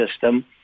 system